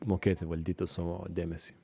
mokėti valdyti savo dėmesį